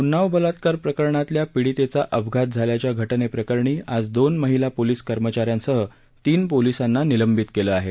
उन्नाव बलात्कार प्रकरणातल्या पिडितेचा अपघात झाल्याच्या घटनेप्रकरणी आज दोन महिला पोलीस कर्मचाऱ्यांसह तीन पोलीसांना निलंबित केलं आहे